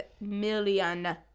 million